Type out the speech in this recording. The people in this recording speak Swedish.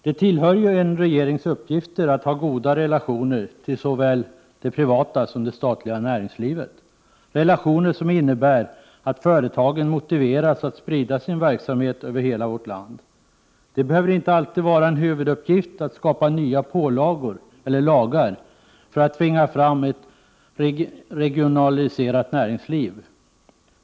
Det tillhör en regerings uppgifter att ha goda relationer till såväl det privata som det statliga näringslivet. Relationerna skall innebära att företagen motiveras att sprida sin verksamhet över hela vårt land. Det behöver inte alltid vara en huvuduppgift att skapa nya pålagor eller lagar för att tvinga fram ett regionaliserat näringsliv.